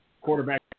quarterback